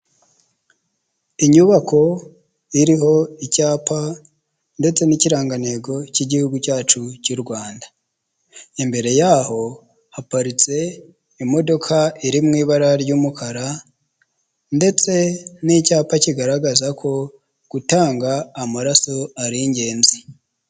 Inyubako iriho icyapa ndetse n'ikirangantego cy'igihugu cyacu cy'u Rwanda, imbere yaho haparitse imodoka iri mu ibara ry'umukara, ndetse n'icyapa kigaragaza ko gutanga amaraso ari ingenzi.